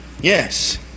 Yes